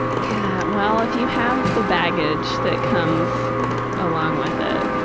yeah, well if you have the baggage that comes along with it,